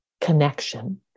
connection